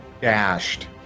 dashed